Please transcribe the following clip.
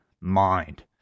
mind